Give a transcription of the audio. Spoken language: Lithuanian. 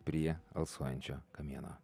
prie alsuojančio kamieno